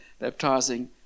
baptizing